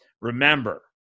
Remember